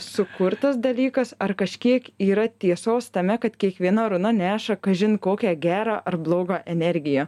sukurtas dalykas ar kažkiek yra tiesos tame kad kiekviena runa neša kažin kokią gerą ar blogą energiją